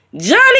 Johnny